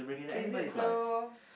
is it too